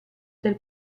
del